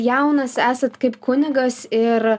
jaunas esat kaip kunigas ir